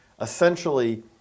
essentially